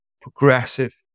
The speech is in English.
progressive